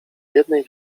jednej